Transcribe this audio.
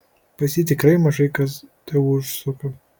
pas jį tikrai mažai kas teužsuka